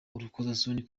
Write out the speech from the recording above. urukozasoni